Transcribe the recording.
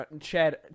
Chad